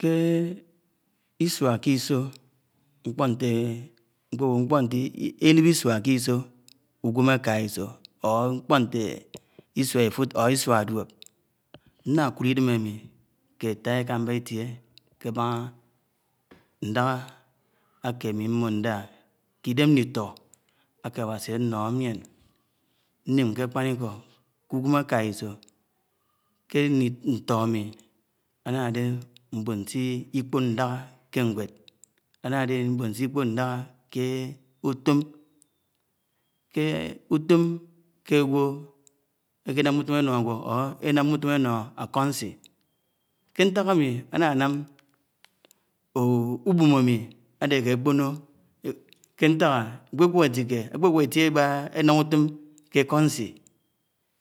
ḱe ísuá ḱe ìso, nḱpo nt́e élip ísua ḱe iso ugwem áka iso or nkpo nts Isua efud or isua duop, ńńa kúd ídem ámi ke ata ékámbá ítie keb́ana ńdaha áke ámi mmoho ndá, idem nlito aké Awasi, anoho, yien, nnim akpaniko ke ugwen akáha iso ke nto ámi anáde ḿboń sé Iḱpon ndáha ke nwed, ánáhá m̃bon se. Ikpon ndáhá ke útom. Ke utom ke agw̱o. akenámá úto̱m áno̱ ágwó, or eñaḿa uto̱m. eno akonci, ke ntak ami áná ánám. ūbom ámi a̱dé áke okp̱ono, ke ntak? expegwo̱ ítie abaha eńam utom ke ḵo̱nci